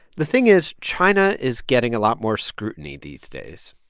the thing is, china is getting a lot more scrutiny these days.